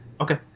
Okay